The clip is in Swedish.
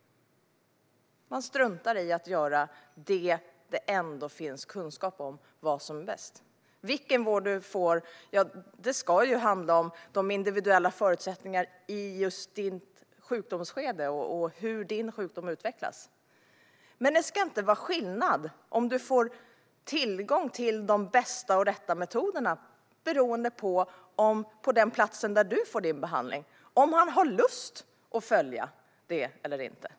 Man struntar i att göra det som det finns kunskap om är bäst. Vilken vård du får ska handla om de individuella förutsättningarna i just ditt sjukdomsskede och om hur din sjukdom utvecklas. Det ska inte vara skillnad i om du får tillgång till de bästa och rätta metoderna - om man har lust att följa dem eller inte - beroende på platsen där du får din behandling.